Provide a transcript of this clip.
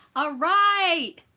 alright